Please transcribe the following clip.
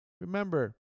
remember